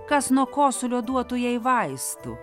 kas nuo kosulio duotų jai vaistų